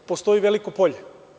Postoji Veliko Polje.